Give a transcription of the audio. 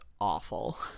awful